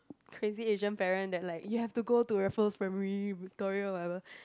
crazy Asian parent that like you have to go to Raffles Primary Victoria whatever